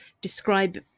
describe